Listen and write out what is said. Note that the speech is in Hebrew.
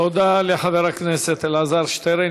תודה לחבר הכנסת אלעזר שטרן.